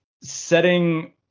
setting